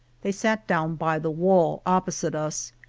they sat down by the wall opposite us,